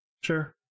Sure